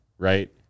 right